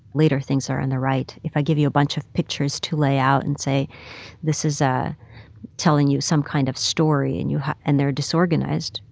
later things are on the right. if i give you a bunch of pictures to lay out and say this is ah telling you some kind of story and you and they're disorganized,